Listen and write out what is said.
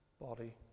body